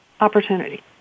opportunity